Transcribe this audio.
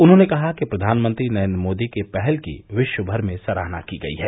उन्होने कहा कि प्रधानमंत्री नरेन्द्र मोदी के पहल की विखगर में सराहना की गई है